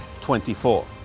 24